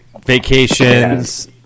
Vacations